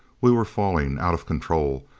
we were falling! out of control,